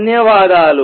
ధన్యవాదాలు